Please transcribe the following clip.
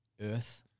earth